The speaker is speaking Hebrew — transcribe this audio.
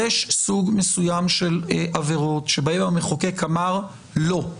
יש סוג מסוים של עבירות שבהן המחוקק אמר לא.